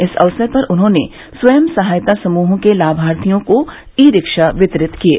इस अवसर पर उन्होंने स्वयंसहायता समूहों के लाभार्थियों को ई रिक्शा वितरित किये